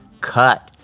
cut